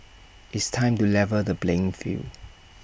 it's time to level the playing field